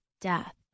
death